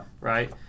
Right